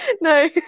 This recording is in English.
No